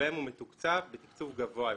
שבהם הוא מתוקצב בתקצוב גבוה יותר.